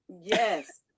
yes